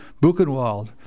Buchenwald